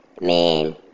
man